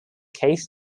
case